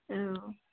औ